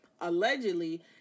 allegedly